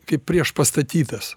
kaip priešpastatytas